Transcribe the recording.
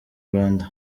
rwanda